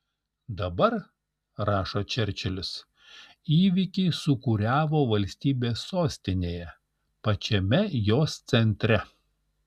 dabar rašo čerčilis įvykiai sūkuriavo valstybės sostinėje pačiame jos centre